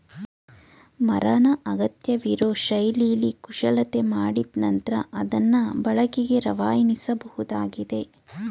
ಮರನ ಅಗತ್ಯವಿರೋ ಶೈಲಿಲಿ ಕುಶಲತೆ ಮಾಡಿದ್ ನಂತ್ರ ಅದ್ನ ಬಳಕೆಗೆ ರವಾನಿಸಬೋದಾಗಿದೆ